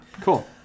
Cool